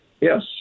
Yes